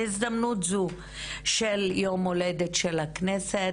בהזדמנות זו של יום הולדת של הכנסת,